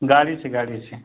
गाड़ी से गाड़ी से